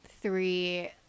three